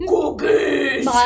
Cookies